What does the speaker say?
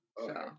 okay